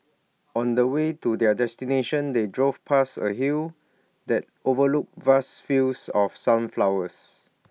on the way to their destination they drove past A hill that overlooked vast fields of sunflowers